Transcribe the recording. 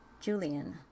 Julian